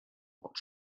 what